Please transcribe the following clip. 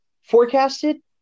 forecasted